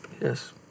Yes